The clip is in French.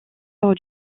hors